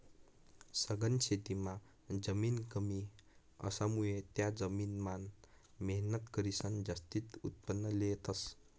सघन शेतीमां जमीन कमी असामुये त्या जमीन मान मेहनत करीसन जास्तीन उत्पन्न लेतस